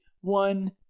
one